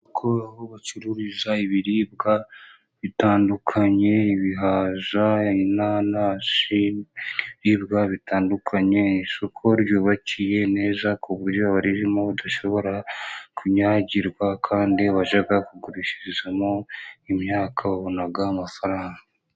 Isoko aho bacururiza ibiribwa bitandukanye, ibihaza, inanasi, ibiribwa bitandukanye, kuko ryubakiye neza kuburyo abaririmo badashobora kunyagirwa, kandi abajya kugurishirizamo imyaka babona amafaranga.